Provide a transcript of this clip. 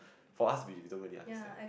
for us we don't really understand